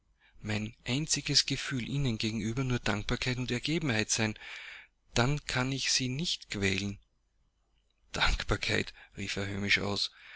mein einziges gefühl ihnen gegenüber nur dankbarkeit und ergebenheit sein dann kann ich sie nicht quälen dankbarkeit rief er höhnisch aus